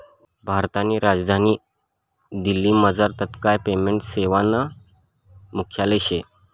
भारतनी राजधानी दिल्लीमझार तात्काय पेमेंट सेवानं मुख्यालय शे